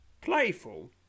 playful